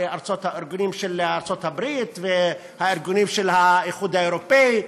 ארגונים של ארצות-הברית והארגונים של האיחוד האירופי.